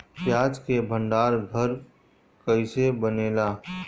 प्याज के भंडार घर कईसे बनेला?